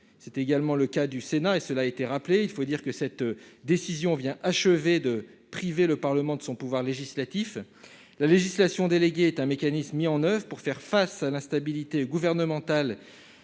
c'était également le cas du Sénat et cela a été rappelé, il faut dire que cette décision vient achever de priver le Parlement de son pouvoir législatif, la législation délégué est un mécanisme mis en oeuvre pour faire face à l'instabilité gouvernementale